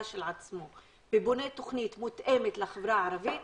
של עצמו ובונה תוכנית מותאמת לחברה הערבית,